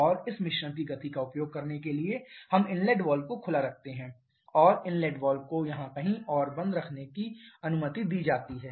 और इस मिश्रण की गति का उपयोग करने के लिए हम इनलेट वाल्व को खुला रखते हैं और इनलेट वाल्व को यहां कहीं और बंद करने की अनुमति दी जाती है